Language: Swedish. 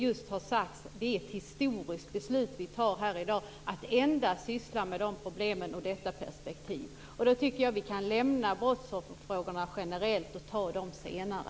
Det är ett historiskt beslut vi fattar här i dag genom att vi endast sysslar med de här problemen ur detta perspektiv. Jag tycker att vi kan lämna brottsofferfrågorna generellt och ta dem senare.